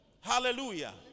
Hallelujah